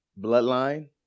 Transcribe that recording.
bloodline